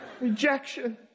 Rejection